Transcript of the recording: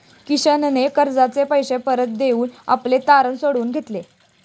किशनने कर्जाचे पैसे परत देऊन आपले तारण सोडवून घेतले